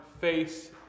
face